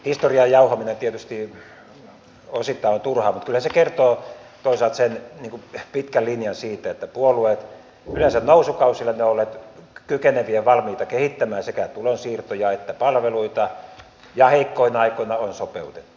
tämä historian jauhaminen tietysti osittain on turhaa mutta kyllä se kertoo toisaalta sen pitkän linjan siitä että puolueet yleensä nousukausina ovat olleet kykeneviä ja valmiita kehittämään sekä tulonsiirtoja että palveluita ja heikkoina aikoina on sopeutettu